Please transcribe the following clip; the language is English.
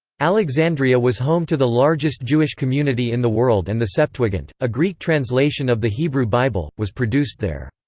alexandria was home to the largest jewish community in the world and the septuagint, a greek translation of the hebrew bible, was produced there.